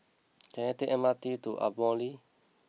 can I take the M R T to Ardmore